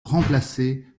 remplacé